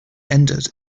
ended